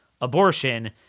abortion